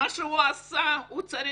מה שהוא עשה, הוא צריך